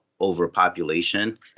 overpopulation